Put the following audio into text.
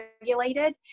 regulated